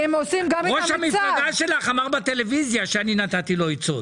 ראש המפלגה שלך אמר בטלוויזיה שנתתי לו עצות.